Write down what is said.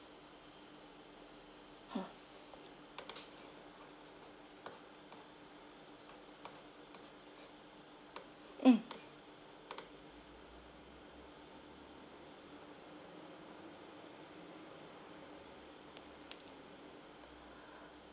hmm mm